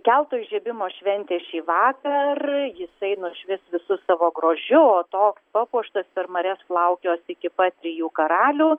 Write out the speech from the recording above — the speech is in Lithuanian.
keltų įžiebimo šventė šįvakar jisai nušvis visu savo grožiu o toks papuoštas iper marias plaukios iki pat trijų karalių